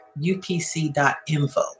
upc.info